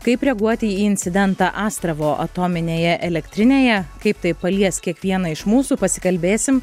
kaip reaguoti į incidentą astravo atominėje elektrinėje kaip tai palies kiekvieną iš mūsų pasikalbėsim